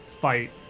fight